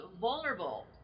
vulnerable